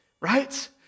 right